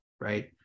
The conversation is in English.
right